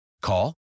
Call